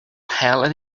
helen